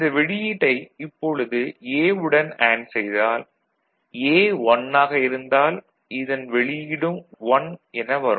இந்த வெளியீட்டை இப்பொழுது A வுடன் அண்டு செய்தால் A 1 ஆக இருந்தால் இதன் வெளியீடும் 1 என வரும்